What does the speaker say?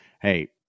hey